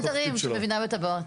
מתכננת ערים שמבינה בתב"עות.